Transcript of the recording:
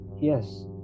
Yes